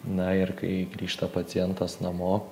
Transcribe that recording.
na ir kai grįžta pacientas namo